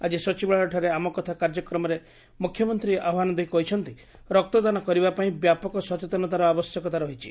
ଆକି ସଚିବାଳୟଠାରେ ଆମ କଥା କାର୍ଯ୍ୟକ୍ରମରେ ମୁଖ୍ୟମନ୍ତୀ ଏହି ଆହ୍ବାନ ଦେଇ କହିଛନ୍ତି ରକ୍ତଦାନ କରିବାପାଇଁ ବ୍ୟାପକ ସଚେତନତାର ଆବଶ୍ୟକତା ରହିଛି